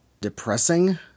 depressing